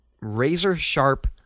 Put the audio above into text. razor-sharp